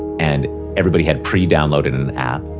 and everybody had pre-downloaded an app.